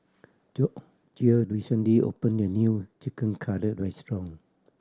Gregoria recently opened a new Chicken Cutlet Restaurant